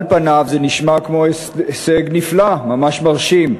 על פניו זה נשמע כמו הישג נפלא, ממש מרשים,